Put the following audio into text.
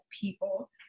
people